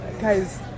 Guys